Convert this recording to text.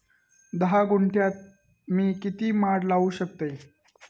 धा गुंठयात मी किती माड लावू शकतय?